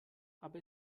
aber